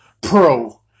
pro